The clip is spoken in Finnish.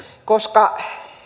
koska